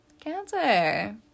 Cancer